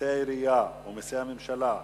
מסי העירייה ומסי הממשלה (פטורין)